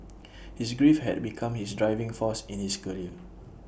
his grief had become his driving force in his career